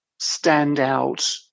standout